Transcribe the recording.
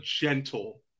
gentle